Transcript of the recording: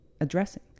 addressing